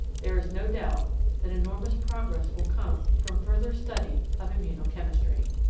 there is no doubt that enormous progress will come from further study of immunochemistry.